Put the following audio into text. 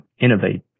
innovate